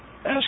Ask